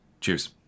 Cheers